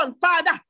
Father